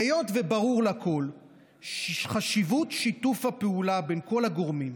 היות שברור לכול שיש חשיבות בשיתוף הפעולה בין כל הגורמים,